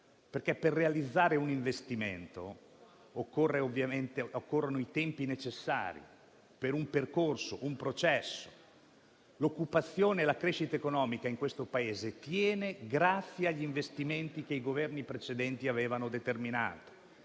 Per realizzare un investimento occorrono i tempi necessari per un percorso e un processo. L'occupazione e la crescita economica in questo Paese tiene grazie agli investimenti che i Governi precedenti avevano determinato.